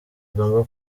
igomba